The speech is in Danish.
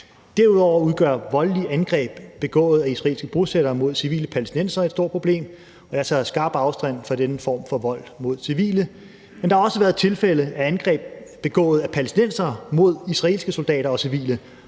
Derudover udgør voldelige angreb begået af israelske bosættere mod civile palæstinensere et stort problem, og jeg tager skarpt afstand fra den form for vold mod civile. Men der har også været tilfælde af angreb begået af palæstinensere mod israelske soldater og civile,